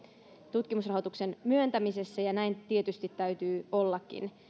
tutkimusrahoituksen myöntämisessä ja näin tietysti täytyy ollakin